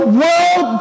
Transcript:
world